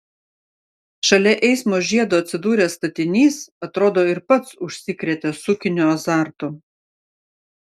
šalia eismo žiedo atsidūręs statinys atrodo ir pats užsikrėtė sukinio azartu